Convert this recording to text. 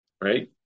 Right